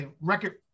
record